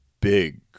big